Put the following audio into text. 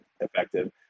effective